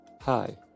Hi